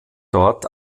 dort